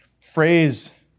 phrase